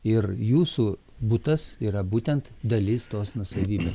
ir jūsų butas yra būtent dalis tos nuosavybės